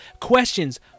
questions